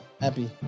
happy